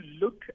look